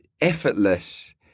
effortless